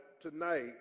tonight